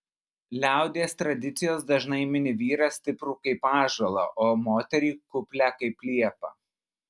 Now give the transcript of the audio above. liaudies tradicijos dažnai mini vyrą stiprų kaip ąžuolą o moterį kuplią kaip liepą